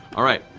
all right.